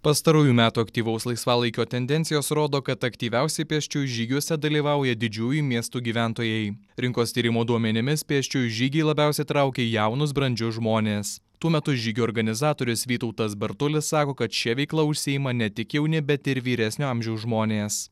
pastarųjų metų aktyvaus laisvalaikio tendencijos rodo kad aktyviausiai pėsčiųjų žygiuose dalyvauja didžiųjų miestų gyventojai rinkos tyrimo duomenimis pėsčiųjų žygiai labiausiai traukia jaunus brandžius žmones tuo metu žygio organizatorius vytautas bartulis sako kad šia veikla užsiima ne tik jauni bet ir vyresnio amžiaus žmonės